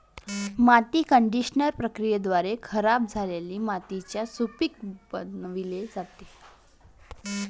माती कंडिशनर प्रक्रियेद्वारे खराब झालेली मातीला सुपीक बनविली जाते